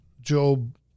Job